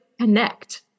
connect